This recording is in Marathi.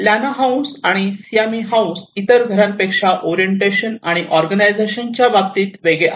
लॅना हाऊस आणि सियामी हाऊस इतर घरांपेक्षा ओरिएंटेशन आणि ऑर्गनायझेशन च्या बाबतीत वेगळे आहेत